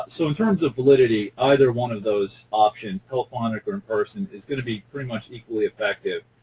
so in terms of validity, either one of those options, telephonic, or in person, is going to be pretty much equally effective.